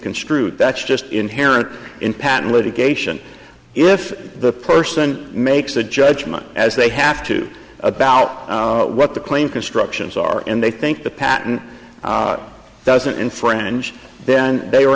construed that's just inherent in patent litigation if the person makes a judgement as they have to about zero or what the claim constructions are and they think the patent doesn't infringe then they